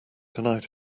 tonight